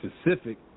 specific